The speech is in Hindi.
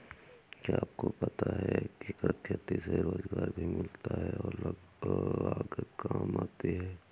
क्या आपको पता है एकीकृत खेती से रोजगार भी मिलता है और लागत काम आती है?